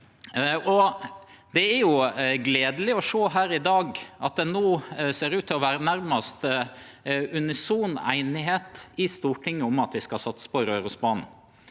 Det er gledeleg å sjå her i dag at det no ser ut til å vere nærmast unison einigheit i Stortinget om at vi skal satse på Rørosbanen.